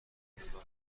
نیست